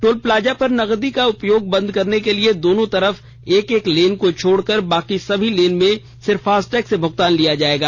toll plaza पर नकदी का उपयोग बंद करने के लिए दोनों तरफ एक एक लेन को छोड़कर बाकी सभी लेन में सिर्फ फास्टैग से भुगतान लिया जाएगा